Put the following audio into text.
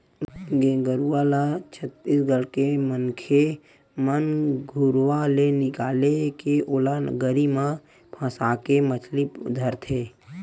गेंगरूआ ल छत्तीसगढ़ के मनखे मन घुरुवा ले निकाले के ओला गरी म फंसाके मछरी धरथे